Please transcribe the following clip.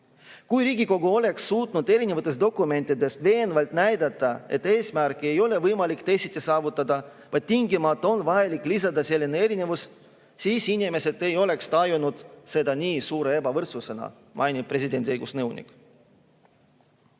Kui Riigikogu oleks suutnud erinevates dokumentides veenvalt näidata, et eesmärki ei ole võimalik teisiti saavutada, vaid tingimata on vajalik lisada selline erinevus, siis inimesed ei oleks tajunud seda nii suure ebavõrdsusena, mainis presidendi õigusnõunik.